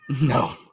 No